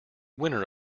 winner